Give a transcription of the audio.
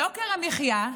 יוקר המחיה,